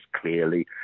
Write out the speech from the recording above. clearly